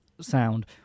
sound